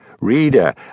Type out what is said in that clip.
Reader